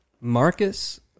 Marcus